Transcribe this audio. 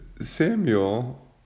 Samuel